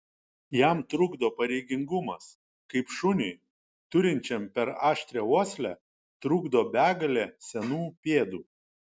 jam trukdo pareigingumas kaip šuniui turinčiam per aštrią uoslę trukdo begalė senų pėdų